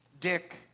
Dick